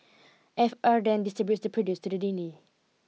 F R then distributes the produce to the needy